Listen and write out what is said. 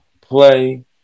play